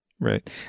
Right